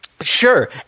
Sure